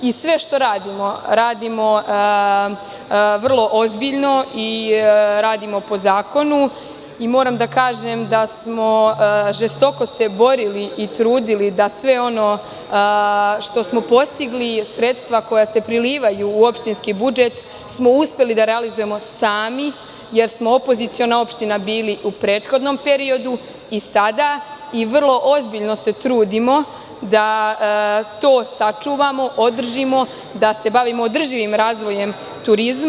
I sve što radimo radimo vrlo ozbiljno i radimo po zakonu, i moram da kažem da smo žestoko se borili i trudili da sve ono što smo postigli, sredstva koja se prilivaju u opštinski budžet smo uspeli da realizujemo sami, jer smo opoziciona opština bili u prethodnom periodu i sada, i vrlo ozbiljno se trudimo da to sačuvamo, održimo, da se bavimo održivim razvojem turizma.